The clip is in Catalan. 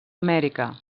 amèrica